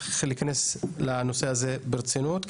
צריך להיכנס לנושא הזה ברצינות,